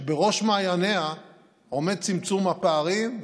שבראש מעייניה עומד צמצום הפערים,